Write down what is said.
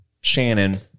shannon